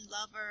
lover